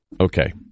Okay